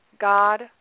God